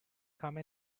come